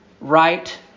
right